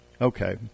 Okay